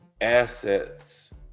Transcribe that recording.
assets